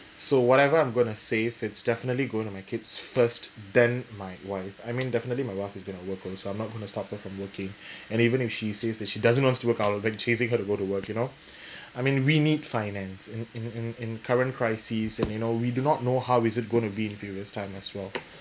so whatever I'm going to say if it's definitely going to my kids first then my wife I mean definitely my wife is going to work also I'm not going to stop her from working and even if she says that she doesn't wants to work I'll like chasing her to go to work you know I mean we need finance in in in in current crises and you know we do not know how is it going to be in various time as well